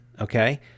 okay